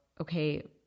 okay